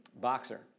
boxer